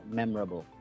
memorable